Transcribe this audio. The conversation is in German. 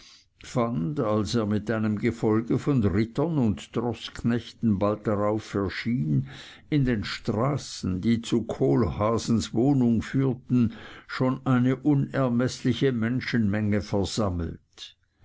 als er mit einem gefolge von rittern und troßknechten bald darauf erschien in den straßen die zu kohlhaasens wohnung führten schon eine unermeßliche menschenmenge versammelt